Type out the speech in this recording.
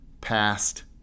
past